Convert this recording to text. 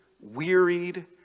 wearied